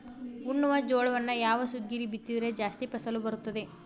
ಉಣ್ಣುವ ಜೋಳವನ್ನು ಯಾವ ಸುಗ್ಗಿಯಲ್ಲಿ ಬಿತ್ತಿದರೆ ಜಾಸ್ತಿ ಫಸಲು ಬರುತ್ತದೆ?